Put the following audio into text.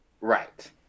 right